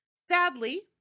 sadly